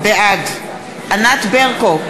בעד ענת ברקו,